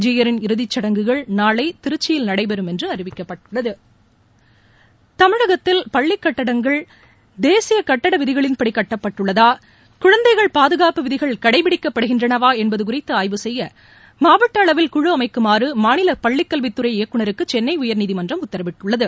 ஜீயரின் இறுதி சடங்குகள் நாளை திருச்சியில் நடைபெறும் என்று அறிவிக்கப்பட்டுள்ளது தமிழகத்தில் பள்ளி கட்டடங்கள் தேசிய கட்டட விதிகளின் படி கட்டுப்பட்டுள்ளதா குழந்தைகள் பாதுகாப்பு விதிகள் கடைப்பிடிக்கப்படுகின்றனவா என்பது குறித்து ஆய்வு செய்ய மாவட்ட அளவில் குழு அமைக்குமாறு மாநில பள்ளிக் கல்வித் துறை இயக்குநருக்கு சென்னை உயர்நீதிமன்றம் உத்தரவிட்டுள்ளது